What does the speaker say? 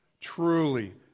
truly